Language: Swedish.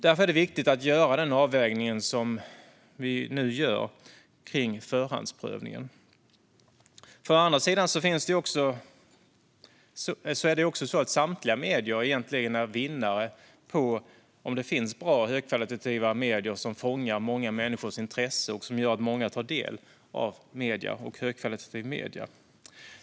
Därför är det viktigt att göra den avvägning som vi nu gör kring förhandsprövningen. Å andra sidan är egentligen samtliga medier vinnare på att det finns bra och högkvalitativa medier som fångar många människors intresse och som gör att många tar del av medier och högkvalitativa medier.